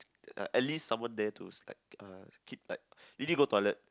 uh at least someone there to like uh keep like you need go toilet